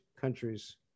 countries